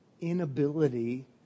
inability